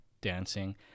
dancing